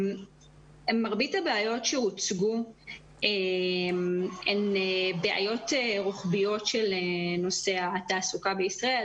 מרבית הבעיות שהוצגו הן בעיות רוחביות של נושא התעסוקה בישראל,